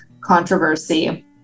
controversy